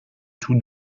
tout